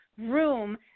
Room